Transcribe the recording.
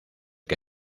que